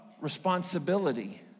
responsibility